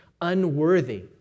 unworthy